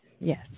Yes